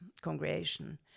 congregation